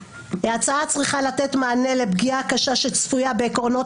ההצעה צריכה לתת מענה לפגיעה הקשה שצפויה בעקרונות